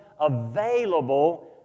available